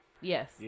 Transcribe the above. Yes